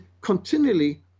continually